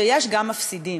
שיש גם מפסידים.